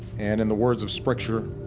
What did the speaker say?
and in the words of scripture,